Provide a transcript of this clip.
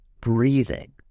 breathing